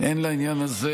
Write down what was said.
אין לעניין הזה